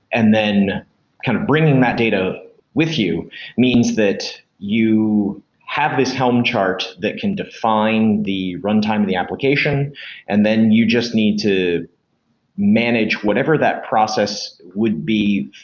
and then kind of bringing that data with you means that you have this helm chart that can define the runtime in the application and then you just need to manage whatever that process would be,